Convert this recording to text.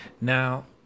Now